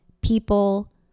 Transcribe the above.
people